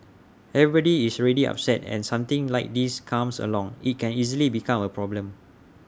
everybody is already upset and something like this comes along IT can easily become A problem